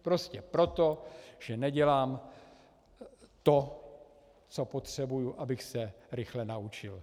Prostě proto, že nedělám to, co potřebuji, abych se rychle naučil.